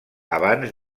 abans